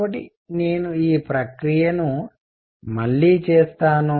కాబట్టి నేను ఈ ప్రక్రియను మళ్ళీ చేస్తాను